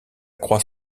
croix